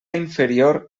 inferior